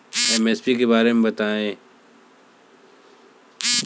MSP के बारे में बतायें?